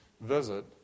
visit